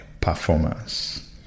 performance